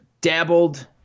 dabbled